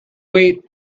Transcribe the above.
wait